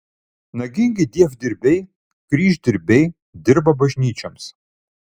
nagingi dievdirbiai kryždirbiai dirba bažnyčioms